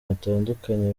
batandukanye